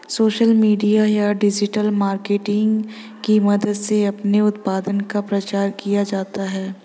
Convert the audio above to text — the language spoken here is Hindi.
सोशल मीडिया या डिजिटल मार्केटिंग की मदद से अपने उत्पाद का प्रचार किया जाता है